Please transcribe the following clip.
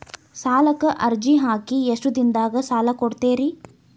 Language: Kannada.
ಸಾಲಕ ಅರ್ಜಿ ಹಾಕಿ ಎಷ್ಟು ದಿನದಾಗ ಸಾಲ ಕೊಡ್ತೇರಿ?